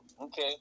Okay